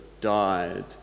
died